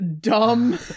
dumb